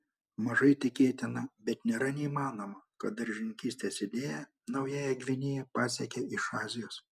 mažai tikėtina bet nėra neįmanoma kad daržininkystės idėja naująją gvinėją pasiekė iš azijos